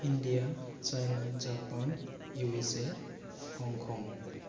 India China Japan USA Hong Kong